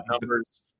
numbers